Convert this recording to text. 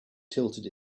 tilted